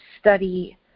study